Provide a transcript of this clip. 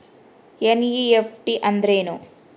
NEFT ಅಂದ್ರೆನು?